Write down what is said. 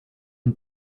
une